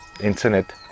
internet